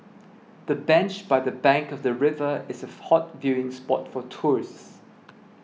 the bench by the bank of the river is a hot viewing spot for tourists